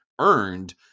earned